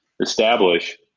establish